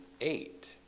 eight